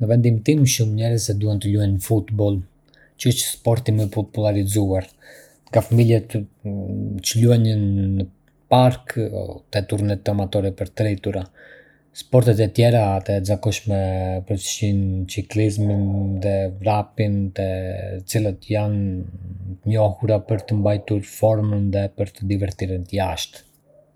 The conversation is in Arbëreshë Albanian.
Në vendin tim, shumë njerëz e duan të luajnë futboll, që është sporti më i popullarizuar. Nga fëmijët që luajnë në parqe te turnet amatorë për të rritur. Sportet e tjera të zakonshme përfshijnë çiklizmin dhe vrapin, të cilat janë të njohura për të mbajtur formën dhe për të divertiret jashtë.